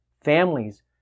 families